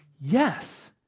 Yes